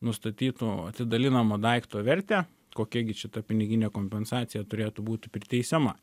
nustatytų atidalinamo daikto vertę kokia gi čia ta piniginė kompensacija turėtų būti priteisiama